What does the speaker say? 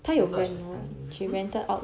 that's what she was telling me